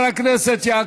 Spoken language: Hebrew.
את נגד רצח?